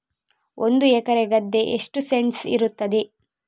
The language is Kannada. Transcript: ಒಂದು ಎಕರೆ ಗದ್ದೆ ಎಷ್ಟು ಸೆಂಟ್ಸ್ ಇರುತ್ತದೆ?